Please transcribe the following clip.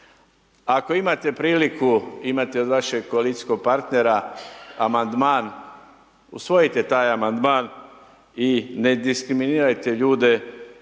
Ako imate priliku imate od vašeg koalicijskog partnera amandman, usvojite taj amandman i ne diskriminirajte ljude